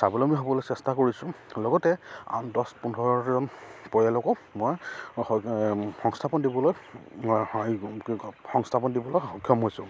স্বাৱলম্বী হ'বলৈ চেষ্টা কৰিছোঁ লগতে আন দহ পোন্ধৰজন পৰিয়ালকো মই সংস্থাপন দিবলৈ সংস্থাপন দিবলৈ সক্ষম হৈছোঁ